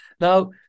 Now